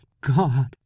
god